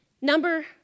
Number